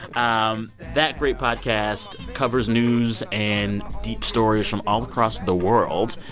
um that great podcast covers news and deep stories from all across the world,